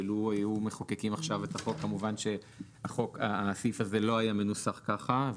שלו היו מחוקקים עכשיו את החוק כמובן שהסעיף הזה לא היה מנוסח ככה.